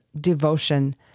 devotion